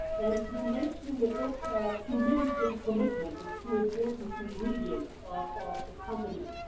and you mention in the book humility and commitment as two important ingredients of of accompaniment,